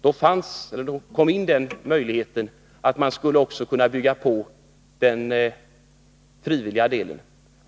Då kom den möjligheten in för kassorna att bygga på en frivillig del.